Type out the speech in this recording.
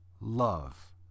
love